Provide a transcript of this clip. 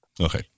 Okay